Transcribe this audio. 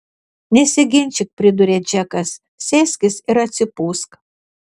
nesiginčyk priduria džekas sėskis ir atsipūsk